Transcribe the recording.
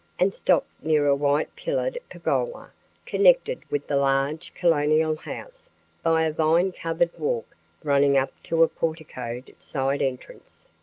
and stopped near a white pillared pergola connected with the large colonial house by a vine-covered walk running up to a porticoed side entrance.